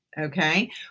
Okay